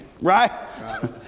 Right